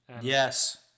Yes